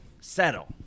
settle